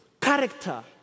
character